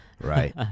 Right